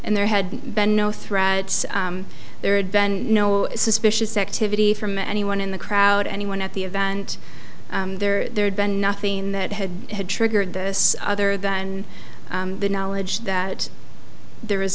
and there had been no threat there adventure no suspicious activity from anyone in the crowd anyone at the event there had been nothing that had had triggered this other than the knowledge that there is